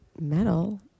metal